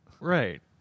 Right